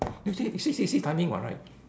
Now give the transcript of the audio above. you see see see see timing what right